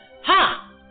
Ha